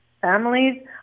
families